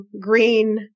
green